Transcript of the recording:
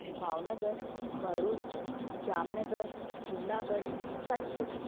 Bhavnagar Bharuch Jamnagar Junagadh Kutch